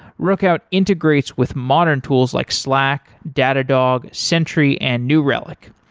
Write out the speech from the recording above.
rookout integrates with modern tools like slack, datadog, sentry and new relic.